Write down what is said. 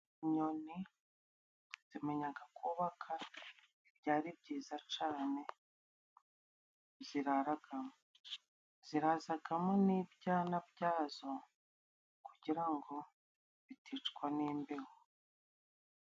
Inyoni zimenyaga kubaka ibyari byiza cane ziraragamo, zirazagamo n'ibyana byazo kugira ngo biticwa n'imbeho.